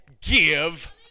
give